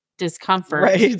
discomfort